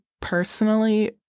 personally